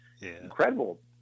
incredible